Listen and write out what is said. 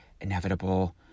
inevitable